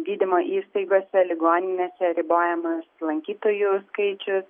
gydymo įstaigose ligoninėse ribojamas lankytojų skaičius